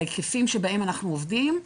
בהיקפים שבהם אנחנו עובדים,